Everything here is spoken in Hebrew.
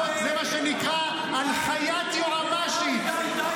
זה מה שנקרא "הנחיית יועמ"שית".